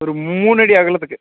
ஒரு மூணு அடி அகலத்துக்கு